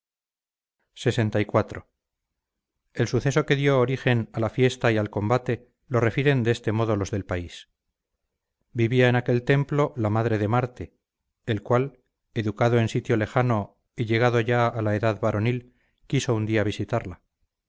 lxiv el suceso que dio origen a la fiesta y al combate lo refieren de este modo los del país vivía en aquel templo la madre de marte el cual educado en sitio lejano y llegado ya a la edad varonil quiso un día visitarla